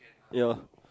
ya